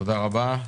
תודה רבה.